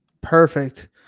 Perfect